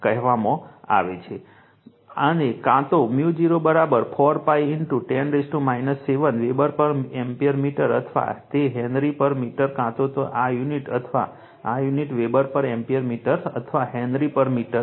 અને કાં તો 𝜇0 4 π 10 7 વેબર પર એમ્પીયર મીટર અથવા તે હેનરી પર મીટર કાં તો આ યુનિટ અથવા આ યુનિટ વેબર પર એમ્પીયર મીટર અથવા હેનરી પર મીટર છે